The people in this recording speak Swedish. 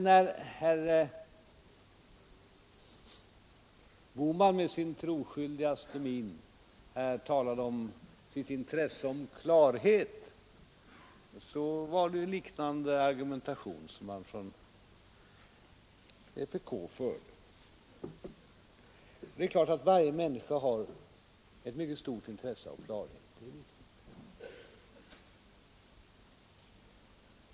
När herr Bohman med sin troskyldigaste min här talar om sitt intresse för klarhet var det en liknande argumentation som man förde från vpk:s sida. Det är riktigt att varje människa har ett mycket stort intresse av klarhet.